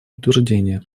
утверждение